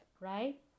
Right